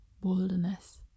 boldness